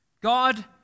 God